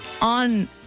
on